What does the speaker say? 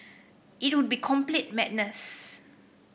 it would be complete madness